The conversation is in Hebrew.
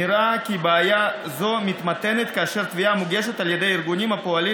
נראה כי בעיה זו מתמתנת כאשר התביעה מוגשת על ידי ארגונים הפועלים